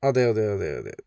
അതെ അതെ അതെ അതെ